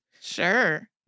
Sure